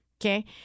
okay